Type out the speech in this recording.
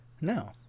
No